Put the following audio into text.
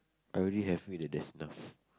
I already have feel that that's enough